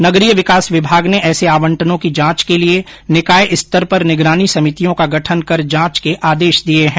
नगरीय विकास विभाग ने ऐसे आंवटनों की जांच के लिये निकाय स्तर पर निगरानी समितियों का गठन कर जांच के आदेश दिये है